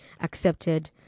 accepted